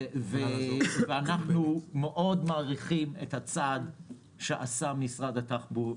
אנחנו מאוד מעריכים את הצעד שעשה משרד התחבורה,